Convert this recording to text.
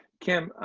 kim,